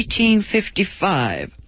1855